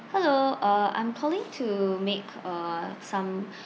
hello uh I'm calling to make uh some